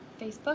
Facebook